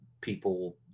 people